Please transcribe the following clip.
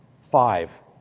Five